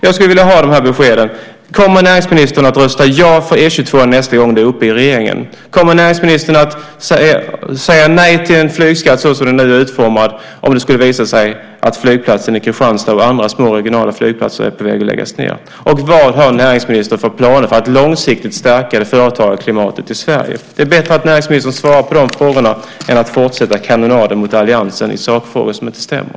Jag vill ha följande besked: Kommer näringsministern att rösta ja för E 22 nästa gång frågan är uppe i regeringen? Kommer näringsministern att säga nej till en flygskatt såsom den nu är utformad om det skulle visa sig att flygplatsen i Kristianstad och andra små regionala flygplatser är på väg att läggas ned? Vad har näringsministern för planer för att långsiktigt stärka företagarklimatet i Sverige? Det är bättre att näringsministern svarar på de frågorna än att fortsätta kanonaden mot alliansen i sakfrågor som inte stämmer.